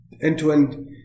end-to-end